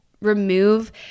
remove